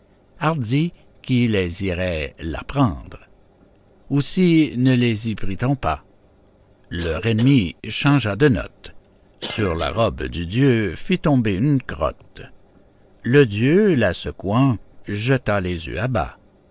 hardi qui les irait là prendre aussi ne les y prit-on pas leur ennemi changea de note sur la robe du dieu fit tomber une crotte le dieu la secouant jeta les œufs à bas